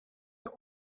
your